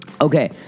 Okay